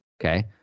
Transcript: Okay